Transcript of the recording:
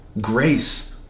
grace